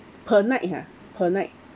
per night ha per night